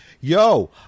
yo